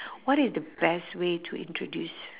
what is the best way to introduce